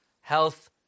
health